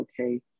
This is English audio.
okay